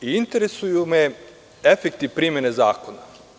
Interesuju me efekti primene zakona.